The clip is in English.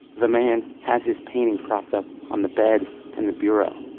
the man has his painting propped up on the bed in the bureau.